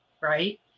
right